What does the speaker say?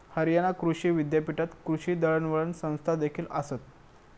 हरियाणा कृषी विद्यापीठात कृषी दळणवळण संस्थादेखील आसत